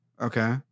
Okay